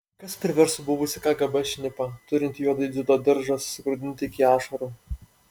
kas priverstų buvusį kgb šnipą turintį juodąjį dziudo diržą susigraudinti iki ašarų